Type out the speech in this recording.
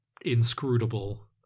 inscrutable